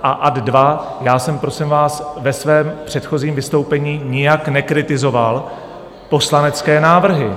A ad 2 já jsem, prosím vás, ve svém předchozím vystoupení nijak nekritizoval poslanecké návrhy.